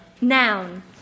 noun